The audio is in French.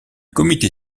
comité